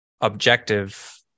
objective